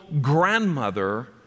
grandmother